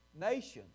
Nations